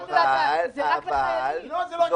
במטרות זה רק לחיילים זה עובדה, זה לא דעה.